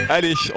Allez